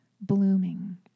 blooming